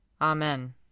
Amen